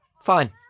Fine